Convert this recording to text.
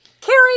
Carrie